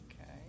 Okay